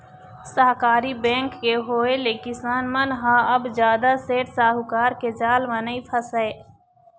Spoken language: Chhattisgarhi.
सहकारी बेंक के होय ले किसान मन ह अब जादा सेठ साहूकार के जाल म नइ फसय